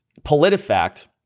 PolitiFact